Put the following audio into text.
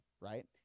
right